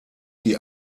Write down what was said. die